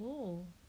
oh